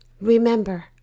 Remember